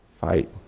fight